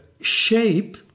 shape